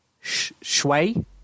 Shui